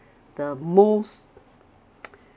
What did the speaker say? the most